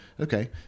Okay